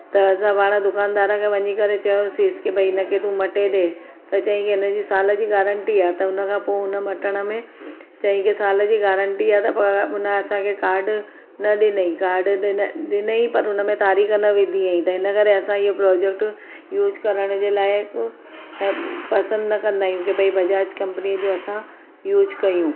त असां पाण दुकानदार खे वञी करे चयोसींसि की भई हिनखे तूं मटे ॾे त चयाईं की हिनजी साल जी गारंटी आहे त हुनखां पोइ हुन मटण में चयाईं की साल जी गारंटी आहे त पर हुन असांखे कार्ड न ॾिनई कार्ड ॾिन ॾिनई पर हुनमें तारीख़ न विधी हुआईं त इनकरे असां हीउ प्रोजेक्ट यूज़ करण जे लाइ पसंदि न कंदा आहियूं की भई बजाज कंपनी जो असां यूज़ कयूं